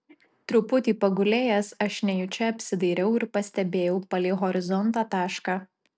truputį pagulėjęs aš nejučia apsidairiau ir pastebėjau palei horizontą tašką